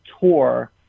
tour